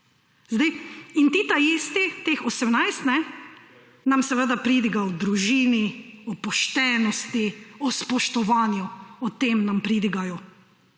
Zdaj, in ti taisti, teh 18, nam seveda pridigajo o družini, o poštenosti, o spoštovanju, o tem nam pridigajo,